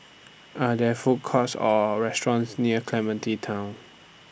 Are There Food Courts Or restaurants near Clementi Town